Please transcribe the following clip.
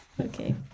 Okay